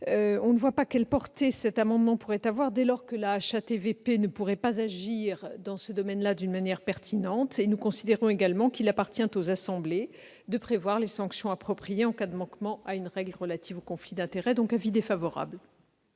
On ne voit pas quelle portée pourrait avoir cet amendement dès lors que la HATVP ne pourrait pas agir dans ce domaine d'une manière pertinente. Nous considérons également qu'il appartient aux assemblées de prévoir les sanctions appropriées en cas de manquement à une règle relative aux conflits d'intérêts. Je mets aux voix